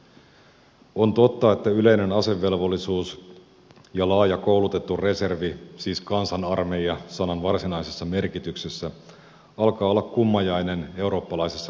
on totta että yleinen asevelvollisuus ja laaja koulutettu reservi siis kansanarmeija sanan varsinaisessa merkityksessä alkaa olla kummajainen eurooppalaisessa kontekstissa